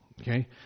Okay